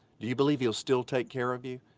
do you believe he'll still take care of you?